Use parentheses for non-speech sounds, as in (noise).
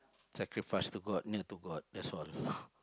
sacrifice to god kneel to god that's all (breath)